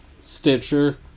Stitcher